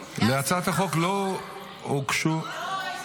להצעת החוק לא הוגשו --- איזה לא הוגשו?